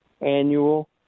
annual